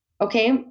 okay